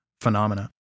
phenomena